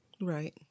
Right